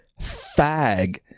fag